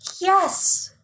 Yes